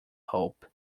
hope